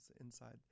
inside